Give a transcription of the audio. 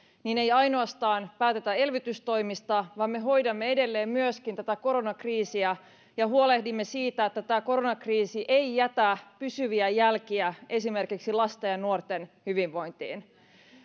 ei ainoastaan päätetä elvytystoimista vaan me hoidamme edelleen myöskin tätä koronakriisiä ja huolehdimme siitä että tämä koronakriisi ei jätä pysyviä jälkiä esimerkiksi lasten ja nuorten hyvinvointiin